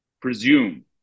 presume